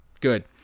Good